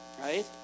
Right